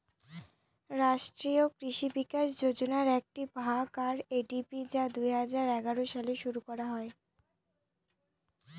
রাষ্ট্রীয় কৃষি বিকাশ যোজনার একটি ভাগ আর.এ.ডি.পি যা দুই হাজার এগারো সালে শুরু করা হয়